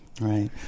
right